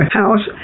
house